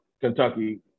Kentucky